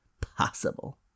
possible